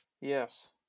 Yes